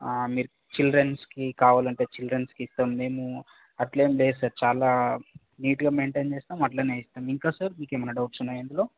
మీరు చిల్డ్రన్స్కి కావాలంటే చిల్డ్రన్స్కి ఇస్తాం మేము అలా ఏమి లేదు సార్ చాలా నీట్గా మెయింటైన్ చేస్తాం అట్లనే అండ్ ఇంకా సార్ ఇంకేమన్నా డౌట్స్ ఉన్నాయా ఇందులో